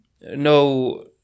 no